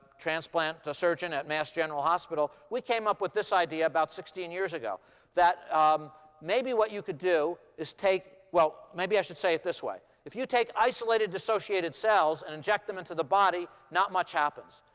transplant surgeon at mass. general hospital. we came up with this idea about sixteen years ago that maybe what you could do is take well, maybe i should say it this way. if you take isolated, dissociated cells and inject them into the body, not much happens.